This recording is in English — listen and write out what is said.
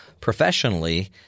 professionally